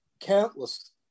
countless